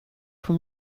from